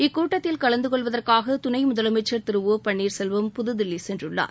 இக்கூட்டத்தில் கலந்துகொள்வதற்காக துணை முதலமைச்சர் திரு ஓ பன்னீர்செல்வம் புதுதில்லி சென்றுள்ளார்